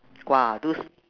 !wah! those